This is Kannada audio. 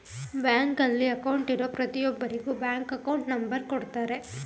ಬ್ಯಾಂಕಲ್ಲಿ ಅಕೌಂಟ್ಗೆ ಇರೋ ಪ್ರತಿಯೊಬ್ಬರಿಗೂ ಬ್ಯಾಂಕ್ ಅಕೌಂಟ್ ನಂಬರ್ ಕೊಡುತ್ತಾರೆ